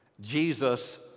Jesus